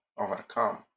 overcome